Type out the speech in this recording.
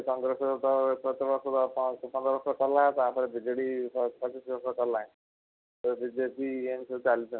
କଂଗ୍ରେସ ତ ଏକ ସତର ବର୍ଷ ପନ୍ଦର ବର୍ଷ କଲା ତା'ପରେ ବିଜେଡ଼ି ପଚିଶ ବର୍ଷ କଲା ବିଜେପି ଏମିତି ସବୁ ଚାଲିଛନ୍ତି